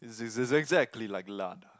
this is exactly like Lada